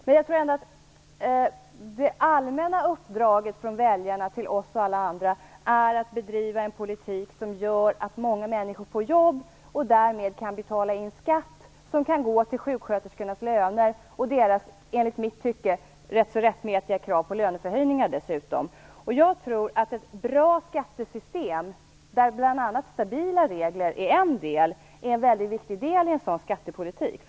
Men det allmänna uppdraget från väljarna till oss och alla andra är att vi skall bedriva en politik som gör att människor får jobb och därmed kan betala in skatt som kan gå till löner för sjuksköterskorna, som i mitt tycke har ganska rättmätiga krav på löneökningar dessutom. Jag tror att ett bra skattesystem med bl.a. stabila regler är en viktig del i skattepolitiken.